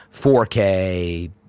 4K